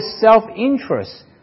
self-interest